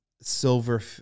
silver